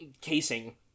casing